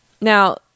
Now